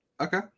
Okay